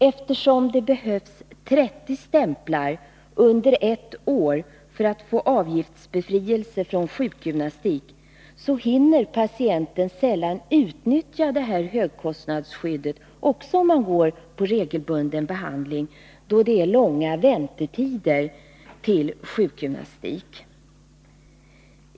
Eftersom det behövs 30 stämplar under ett år för att få avgiftsbefrielse för sjukgymnastik, hinner patienten även vid regelbunden behandling sällan utnyttja sitt högkostnadsskydd, då det är långa väntetider för sjukgymnastik.